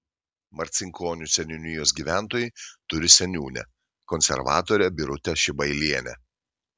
marcinkonių seniūnijos gyventojai turi seniūnę konservatorę birutę šibailienę